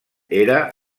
era